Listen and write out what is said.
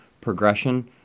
progression